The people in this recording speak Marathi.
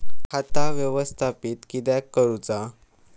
खाता व्यवस्थापित किद्यक करुचा?